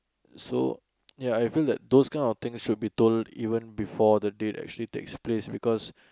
so ya I feel like those kind of things should be told even before the date actually takes place because